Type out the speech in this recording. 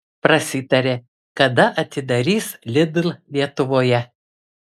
prasitarė kada atidarys lidl lietuvoje